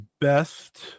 best